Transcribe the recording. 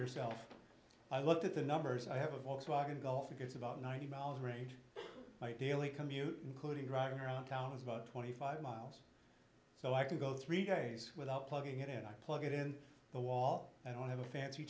yourself i looked at the numbers i have a volkswagen golf gets about ninety miles range my daily commute including driving around town is about twenty five miles so i can go three days without plugging it in i plug it in the wall i don't have a fancy